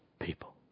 people